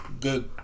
good